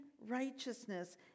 righteousness